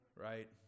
right